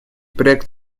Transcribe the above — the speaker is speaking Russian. проект